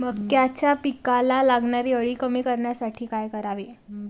मक्याच्या पिकाला लागणारी अळी कमी करण्यासाठी काय करावे?